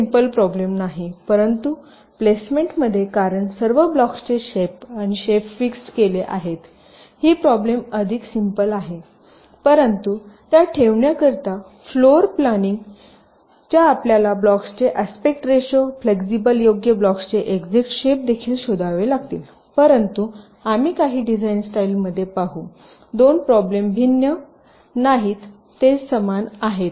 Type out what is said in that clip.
ही simple problem नाही परंतु प्लेसमेंटमध्ये कारण सर्व ब्लॉक्सचे शेप आणि शेप फिक्स्ड केले आहेत ही प्रोब्लम अधिक सिम्पल आहे परंतु त्या ठेवण्याव्यतिरिक्त फ्लोर प्लॅनिंग च्या आपल्याला ब्लॉक्सचे आस्पेक्ट रेशियो फ्लेक्सिबल योग्य ब्लॉक्सचे एक्झयाट शेप देखील शोधावे लागतील परंतु आम्ही काही डिझाइन स्टाईलमध्ये पाहूदोन प्रोब्लम भिन्न नाहीत ते समान आहेत